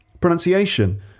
pronunciation